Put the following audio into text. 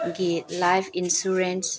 ꯒꯤ life insurance